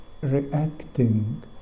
reacting